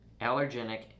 allergenic